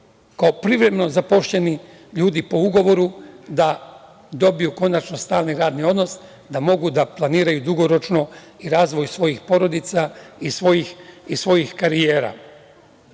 kao privremeno zaposleni ljudi po ugovoru da dobiju konačno stalni radni odnos, da mogu da planiraju dugoročno razvoj svojih porodica i svojih karijera. Što